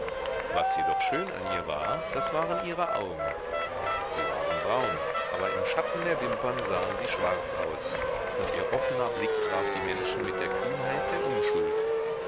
was jedoch schön an ihr war das waren ihre augen sie waren braun aber im schatten der wimpern sahen sie schwarz aus und ihr offener blick traf die menschen mit der kühnheit der unschuld